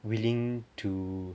willing to